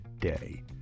day